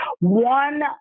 One